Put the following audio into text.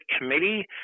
committee